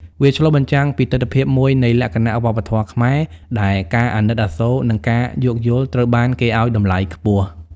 វាឆ្លុះបញ្ចាំងពីទិដ្ឋភាពមួយនៃលក្ខណៈវប្បធម៌ខ្មែរ ដែល ការអាណិតអាសូរ និងការយោគយល់ ត្រូវបានគេឱ្យតម្លៃខ្ពស់។